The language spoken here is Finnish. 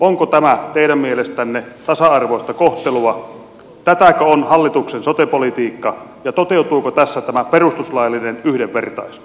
onko tämä teidän mielestänne tasa arvoista kohtelua tätäkö on hallituksen sote politiikka ja toteutuuko tässä tämä perustuslaillinen yhdenvertaisuus